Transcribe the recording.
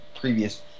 previous